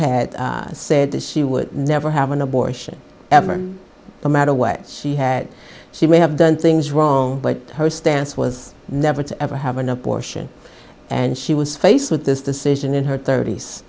had said that she would never have an abortion ever the matter way she had she may have done things wrong but her stance was never to ever have an abortion and she was faced with this decision in her thirt